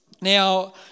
Now